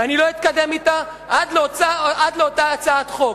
ואני לא אתקדם אתה עד לאותה הצעת חוק.